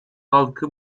halkı